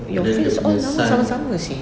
your friends all nama sama-sama seh